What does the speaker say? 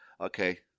Okay